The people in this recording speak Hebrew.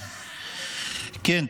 כן.